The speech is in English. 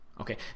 okay